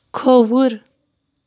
کھووُر